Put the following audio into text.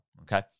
okay